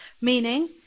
Meaning